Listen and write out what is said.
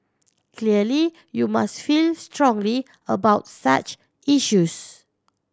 clearly you must feel strongly about such issues